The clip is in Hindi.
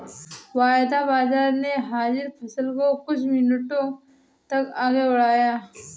वायदा बाजार ने हाजिर बाजार को कुछ मिनटों तक आगे बढ़ाया